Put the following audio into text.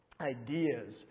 ideas